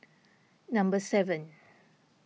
number seven